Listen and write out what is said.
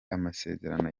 amasezerano